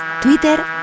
Twitter